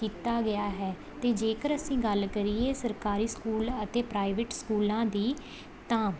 ਕੀਤਾ ਗਿਆ ਹੈ ਅਤੇ ਜੇਕਰ ਅਸੀਂ ਗੱਲ ਕਰੀਏ ਸਰਕਾਰੀ ਸਕੂਲ ਅਤੇ ਪ੍ਰਾਈਵੇਟ ਸਕੂਲਾਂ ਦੀ ਤਾਂ